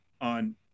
on